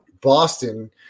Boston